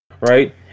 right